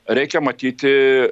reikia matyti